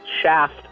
Shaft